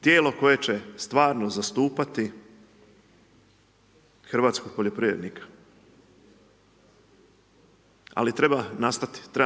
tijelo koje će stvarno zastupati hrvatskog poljoprivrednika. Ali treba